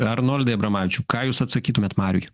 arnoldai abramavičiau ką jūs atsakytumėt mariui